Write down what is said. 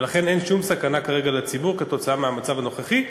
ולכן אין שום סכנה כרגע לציבור מהמצב הנוכחי,